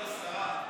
השרה,